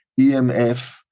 EMF